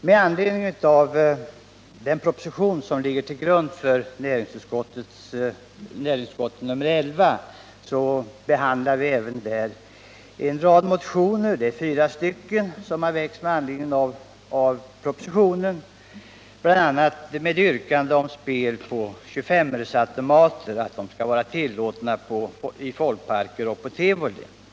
Med anledning av den proposition som ligger till grund för utskottsbetänkandet behandlas också fyra motioner, där det bl.a. yrkas att spel på 25 öresautomater skall vara tillåtet i folkparker och på tivoli.